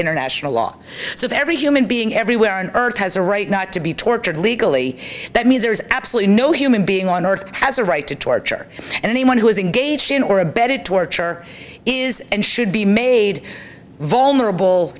international law so if every human being everywhere on earth has a right not to be tortured legally that means there is absolutely no human being on earth has a right to torture and anyone who is engaged in or abetted torture is and should be made vulnerable